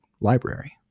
library